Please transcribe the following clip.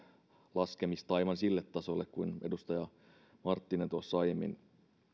laskemista aivan sille tasolle kuin minkä edustaja marttinen tuossa aiemmin